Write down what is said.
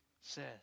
says